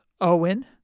Owen